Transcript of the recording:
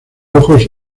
ojos